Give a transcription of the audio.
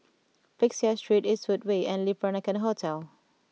Peck Seah Street Eastwood Way and Le Peranakan Hotel